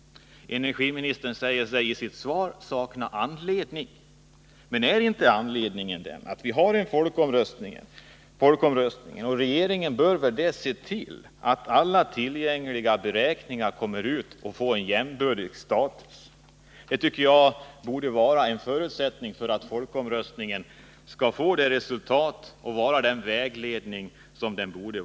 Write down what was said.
Energiministern säger sig sakna anledning att ta ställning till hur kostnaderna skall beräknas. Men är inte folkomröstningen just anledningen till att man bör ta ställning? Regeringen bör väl där se till att tillgängliga beräkningar kommer ut och får en jämbördig status. Det tycker jag är en förutsättning för att folkomröstringen skall få ett resultat och ge den vägledning som den bör ge.